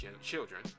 children